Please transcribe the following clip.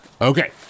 Okay